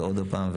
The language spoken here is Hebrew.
זה עוד פעם,